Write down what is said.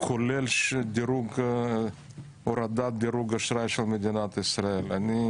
ובכלל זה הורדת דירוג האשראי של מדינת ישראל.